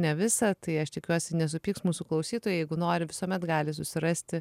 ne visą tai aš tikiuosi nesupyks mūsų klausytojai jeigu nori visuomet gali susirasti